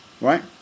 Right